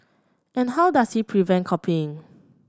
and how does he prevent copying